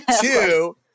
Two